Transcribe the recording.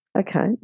Okay